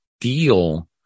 deal